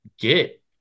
get